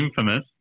infamous